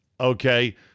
Okay